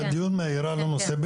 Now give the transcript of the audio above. דיון מהיר על הנושא.